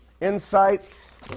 insights